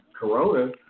Corona